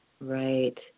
Right